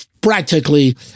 practically